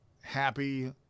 happy